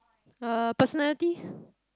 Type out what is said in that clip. uh personality